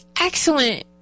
excellent